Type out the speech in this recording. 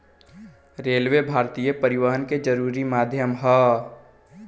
railway भारतीय परिवहन के जरुरी माध्यम ह